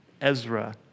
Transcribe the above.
Ezra